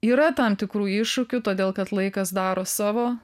yra tam tikrų iššūkių todėl kad laikas daro savo